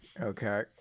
Okay